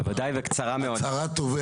בוודאי, וקצרה מאוד.